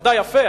שרדה יפה,